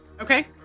Okay